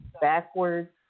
backwards